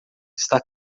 está